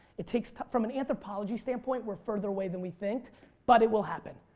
it takes time from and anthropology standpoint we're further away than we think but it will happen.